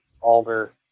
alder